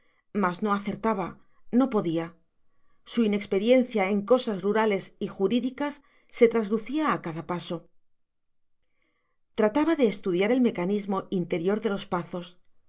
mas no acertaba no podía su inexperiencia en cosas rurales y jurídicas se traslucía a cada paso trataba de estudiar el mecanismo interior de los pazos